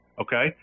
okay